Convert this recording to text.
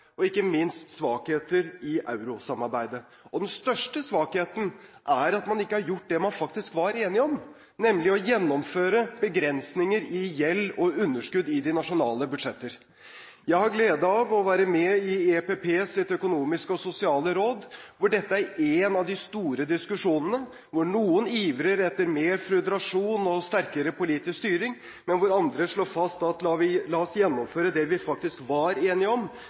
og ikke minst svakheter i eurosamarbeidet. Den største svakheten er at man ikke har gjort det man faktisk var enig om, nemlig å gjennomføre begrensninger i gjeld og underskudd i de nasjonale budsjetter. Jeg har gleden av å være med i EPPs økonomiske og sosiale råd, hvor dette er en av de store diskusjonene, hvor noen ivrer etter mer føderasjon og sterkere politisk styring, men hvor andre slår fast at la oss gjennomføre det vi faktisk var enige om,